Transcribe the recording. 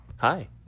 Hi